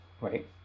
right